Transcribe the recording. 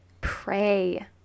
pray